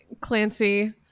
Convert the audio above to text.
Clancy